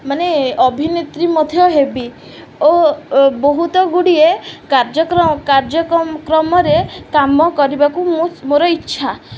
ମାନେ ଅଭିନେତ୍ରୀ ମଧ୍ୟ ହେବି ଓ ବହୁତ ଗୁଡ଼ିଏ କାର୍ଯ୍ୟକ୍ରମରେ କାମ କରିବାକୁ ମୁଁ ମୋର ଇଚ୍ଛା